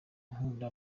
nkunda